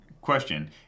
question